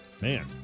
Man